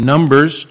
Numbers